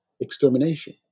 extermination